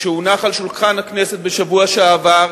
שהונח על שולחן הכנסת בשבוע שעבר